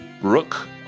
Rook